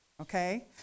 Okay